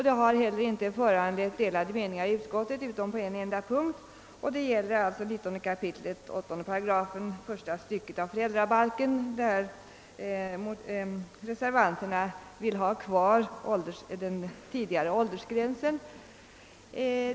Den har heller inte föranlett delade meningar i utskottet utom på en enda punkt, nämligen 19 kap., 8 8 första stycket i föräldrabalken, där reservanterna vill ha kvar den tidigare åldersgränsen.